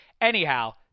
Anyhow